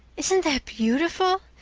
isn't that beautiful?